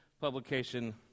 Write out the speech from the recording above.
Publication